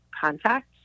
contact